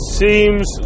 seems